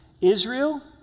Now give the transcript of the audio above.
Israel